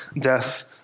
death